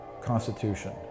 Constitution